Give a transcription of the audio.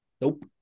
Nope